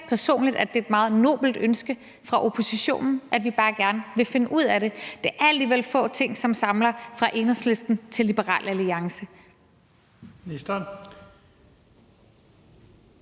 personligt, at det er et meget nobelt ønske fra oppositionen, at vi bare gerne vil finde ud af det. Det er alligevel få ting, som samler fra Enhedslisten til Liberal Alliance.